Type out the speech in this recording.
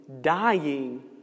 dying